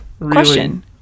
question